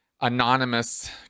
anonymous